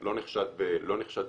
לא נחשד בתמימות,